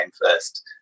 first